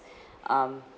um